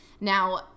Now